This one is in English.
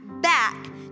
back